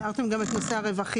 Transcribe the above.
תיארתם גם את נושא הרווחים.